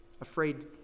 afraid